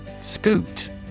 Scoot